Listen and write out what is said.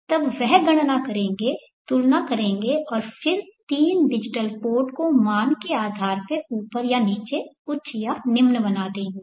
तब वह गणना करेगें तुलना करेगें और फिर तीन डिजिटल पोर्ट को मान के आधार पर ऊपर या नीचे उच्च या निम्न बना देगें